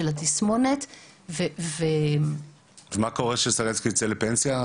של התסמונת --- ומה יקרה כשד"ר סנצקי יצא לפנסיה?